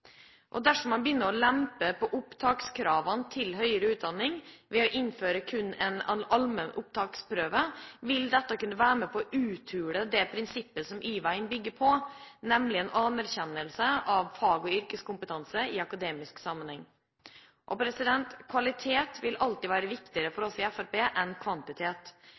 Dersom man begynner å lempe på opptakskravene til høyere utdanning ved å innføre kun en allmenn opptaksprøve, vil dette kunne være med på å uthule det prinsippet som Y-veien bygger på, nemlig en anerkjennelse av fag- og yrkeskompetanse i akademisk sammenheng. Kvalitet vil alltid være viktigere enn kvantitet for oss i